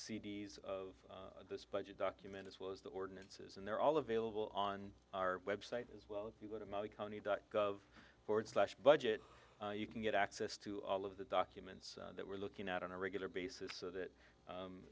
d s of this budget document as well as the ordinances and they're all available on our web site as well if you go to the county dot gov forward slash budget you can get access to all of the documents that we're looking at on a regular basis so that